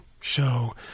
show